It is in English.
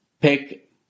pick